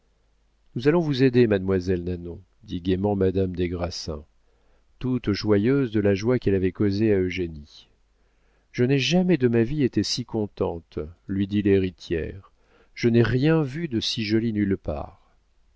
nous allons vous aider mademoiselle nanon dit gaiement madame des grassins toute joyeuse de la joie qu'elle avait causée à eugénie je n'ai jamais de ma vie été si contente lui dit l'héritière je n'ai rien vu de si joli nulle part